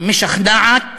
משכנעת